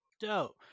dope